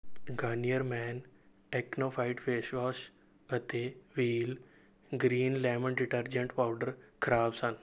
Garnier men acno fight face wash ਅਤੇ Wheel green lemon detergent powder ਖ਼ਰਾਬ ਸਨ